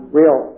real